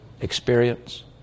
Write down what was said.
experience